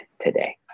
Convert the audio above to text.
today